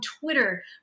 Twitter